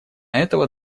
этого